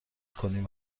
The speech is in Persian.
کنین